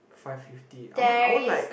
five fifty I want I want like